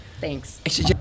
Thanks